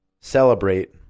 celebrate